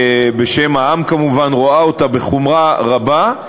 בשם העם כמובן, רואה אותה בחומרה רבה.